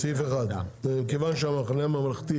סעיף 1. כיוון שהמחנה הממלכתי